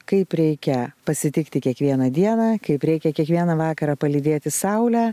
kaip reikia pasitikti kiekvieną dieną kaip reikia kiekvieną vakarą palydėti saulę